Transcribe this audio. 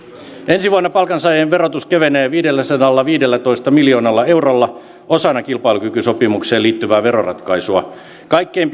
ensi vuonna palkansaajien verotus kevenee viidelläsadallaviidellätoista miljoonalla eurolla osana kilpailukykysopimukseen liittyvää veroratkaisua kaikkein